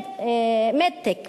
מד-טק,